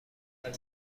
بود